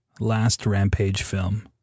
LastRampageFilm